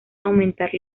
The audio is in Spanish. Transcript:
aumentar